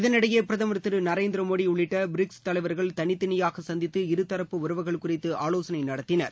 இதனிடையே பிரதமர் நரேந்திர மோடி உள்ளிட்ட பிரிக்ஸ் தலைவர்கள் தனித்தனியாக சந்தித்து இருதரப்பு உறவுகள் குறித்து ஆலோசனை நடத்தினர்